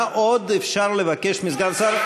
אבל מה עוד אפשר לבקש מסגן שר,